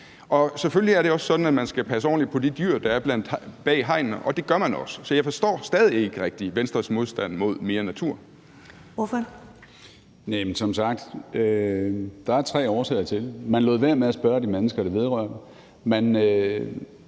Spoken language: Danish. Og selvfølgelig er det også sådan, at man skal passe ordentligt på de dyr, der er bag hegnet, og det gør man også, så jeg forstår stadig ikke rigtig Venstres modstand mod mere natur. Kl. 10:51 Første næstformand (Karen Ellemann): Ordføreren.